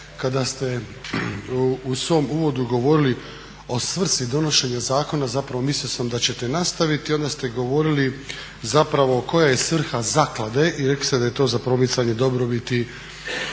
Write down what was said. kada ste u svom uvodu govorili o svrsi donošenja zakona mislio sam da ćete nastaviti, onda ste govorili zapravo koja je svrha zaklade i rekli ste da je to za promicanje dobrobiti